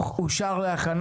אושרה.